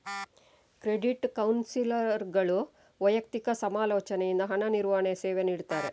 credit ಕೌನ್ಸಿಲರ್ಗಳು ವೈಯಕ್ತಿಕ ಸಮಾಲೋಚನೆಯಿಂದ ಹಣ ನಿರ್ವಹಣೆ ಸೇವೆ ನೀಡ್ತಾರೆ